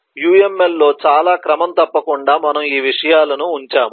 UML లో చాలా క్రమం తప్పకుండా మనము ఈ విషయాలను ఉంచాము